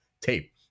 tape